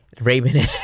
Raven